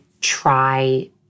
try